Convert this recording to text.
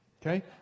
Okay